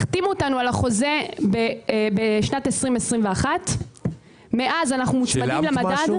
החתימו אותנו על החוזה בשנת 2021. מאז אנחנו מוצמדים למדד.